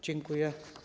Dziękuję.